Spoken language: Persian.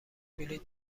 بلیط